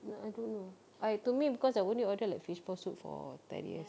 ah I don't know I to me because I only order like fishball soup for darius